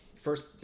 first